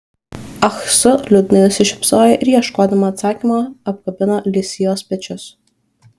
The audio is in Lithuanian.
ah su liūdnai nusišypsojo ir ieškodama atsakymo apkabino li sijos pečius